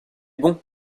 bon